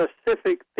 specific